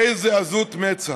איזו עזות מצח.